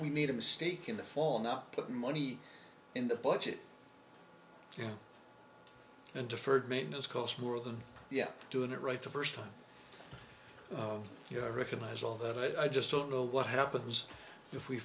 we made a mistake in the fall not putting money in the budget and deferred maintenance costs more than yeah doing it right the first time you recognize all of it i just don't know what happens if we